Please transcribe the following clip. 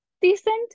decent